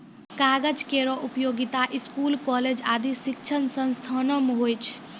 कागज केरो उपयोगिता स्कूल, कॉलेज आदि शिक्षण संस्थानों म होय छै